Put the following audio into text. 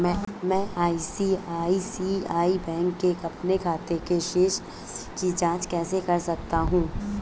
मैं ICICI bank के अपने खाते की शेष राशि की जाँच कैसे कर सकता हूँ?